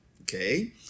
okay